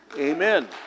Amen